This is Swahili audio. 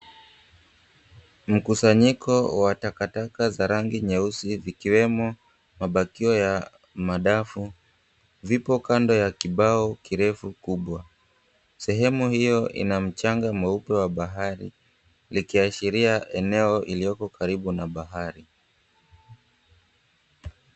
Mkusanyiko wa takataka za rangi nyeusi zikiwemo mabaki ya madafu vipo kando ya kibao kirefu kubwa, sehemu hiyo inamchanga mweupe wa bahari likiashiria eneo iliyoko karibu na bahari.